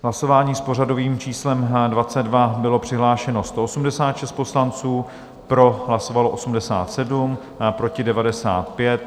V hlasování s pořadovým číslem 22 bylo přihlášeno 186 poslanců, pro hlasovalo 87, proti 95.